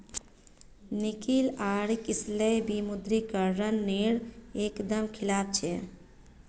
Nikhil R Kislay विमुद्रीकरण नेर एक दम खिलाफ छे